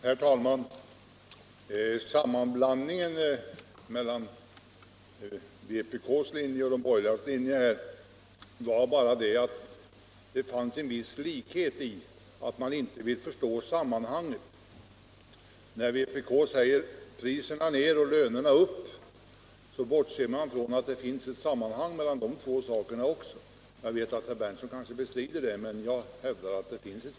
Herr talman! Sammanblandningen mellan vpk:s och de borgerligas linje ligger bara i att det fanns en viss likhet i att inte vilja förstå sammanhanget. När vpk säger: Priserna ner och lönerna upp! bortser man från att det finns ett sammanhang också mellan dessa två saker. Jag vet att herr Berndtson kanske bestrider detta, men jag hävdar att så är fallet.